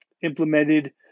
implemented